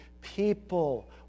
people